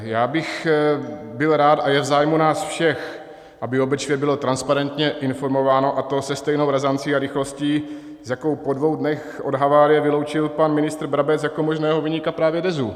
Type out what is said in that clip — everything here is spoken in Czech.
Já bych byl rád, a je v zájmu nás všech, aby o Bečvě bylo transparentně informováno, a to se stejnou razancí a rychlostí, s jakou po dvou dnech od havárie vyloučil pan ministr Brabec jako možného viníka právě Dezu.